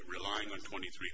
relying on twenty three